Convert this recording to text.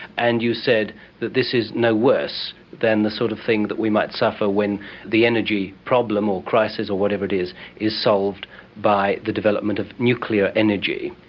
and you said that this is no worse than the sort of thing that we might suffer when the energy problem or crisis or whatever it is is solved by the development of nuclear energy.